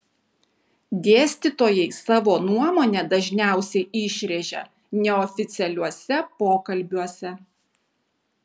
dėstytojai savo nuomonę dažniausiai išrėžia neoficialiuose pokalbiuose